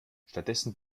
stattdessen